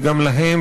וגם להם,